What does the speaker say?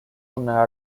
una